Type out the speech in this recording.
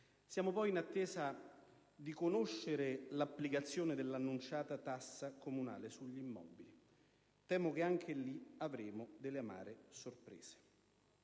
Siamo poi in attesa di conoscere l'applicazione dell'annunciata tassa comunale sugli immobili e temo che anche in questo caso avremo amare sorprese.